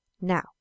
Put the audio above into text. Now